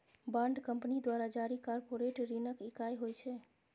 bond company द्वारा जारी corporate ऋणक इकाइ होइ छै